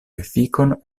efikon